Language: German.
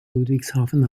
ludwigshafen